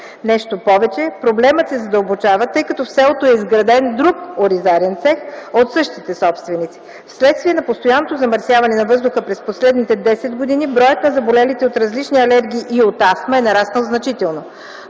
Нещо повече – проблемът се задълбочава, тъй като в селото е изграден друг оризарен цех от същите собственици. Вследствие на постоянното замърсяване на въздуха през последните 10 години броят на заболелите от различни алергии и от астма е нараснал значително.